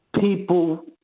people